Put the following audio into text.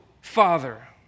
father